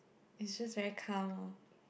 it's just very calm